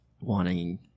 wanting